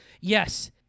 Yes